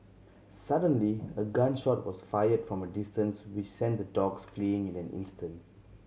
suddenly a gun shot was fired from a distance which sent the dogs fleeing in an instant